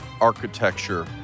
architecture